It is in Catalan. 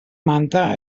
manta